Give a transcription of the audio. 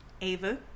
Ava